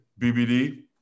BBD